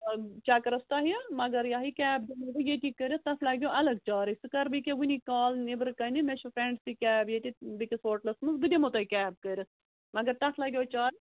چکرس تۄہہِ مگر یہےَ کیب دِمو ییٚتی کٔرِتھ تتھ لگٮ۪وٕ الگ چارٕج سُہ کرٕ بہٕ یہِ کہِ وُنی کال نیٚبرٕ کَنہِ مےٚ چھُ فرینٛڈس تہِ کیب ییٚتہِ بٮ۪کِس ہوٹلس منٛز بہٕ دِمو تۄہہِ کیب کٔرِتھ مگر تتھ لگٮ۪و چارٕج